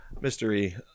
Mystery